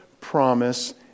promise